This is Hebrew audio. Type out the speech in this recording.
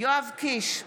יואב קיש,